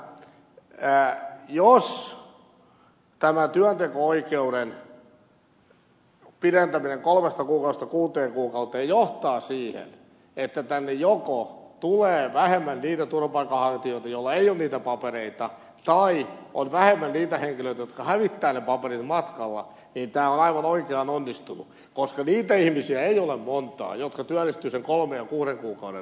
minä luulen että jos tämä työnteko oikeuden pidentäminen kolmesta kuukaudesta kuuteen kuukauteen johtaa siihen että tänne tulee joko vähemmän niitä turvapaikanhakijoita joilla ei ole niitä papereita tai vähemmän niitä henkilöitä jotka hävittävät ne paperit matkalla niin tämä on aivan oikeaan onnistunut koska niitä ihmisiä ei ole monta jotka työllistyvät sen kolmen ja kuuden kuukauden välillä